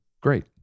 great